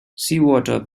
seawater